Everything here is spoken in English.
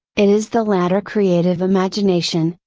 it is the latter creative imagination,